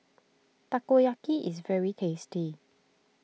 Takoyaki is very tasty